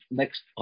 next